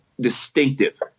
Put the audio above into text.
distinctive